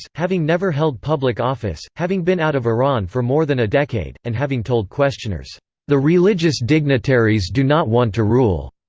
having never held public office, having been out of iran for more than a decade, and having told questioners the religious dignitaries do not want to rule.